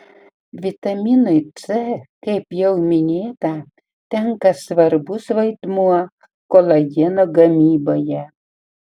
vitaminui c kaip jau minėta tenka svarbus vaidmuo kolageno gamyboje